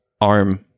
ARM